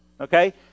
okay